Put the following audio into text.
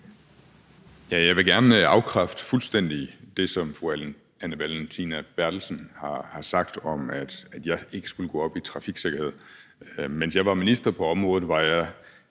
Jeg vil gerne fuldstændig afkræfte det, som fru Anne Valentina Berthelsen har sagt, om, at jeg ikke skulle gå op i trafiksikkerhed. Mens jeg var minister på området, var jeg